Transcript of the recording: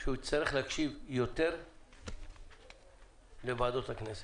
שהוא יצטרך להקשיב יותר לוועדות הכנסת.